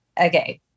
okay